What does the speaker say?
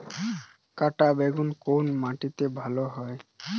কাঁটা বেগুন কোন মাটিতে ভালো হয়?